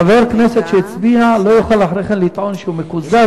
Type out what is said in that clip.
חבר כנסת שהצביע לא יוכל אחרי כן לטעון שהוא מקוזז,